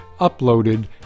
uploaded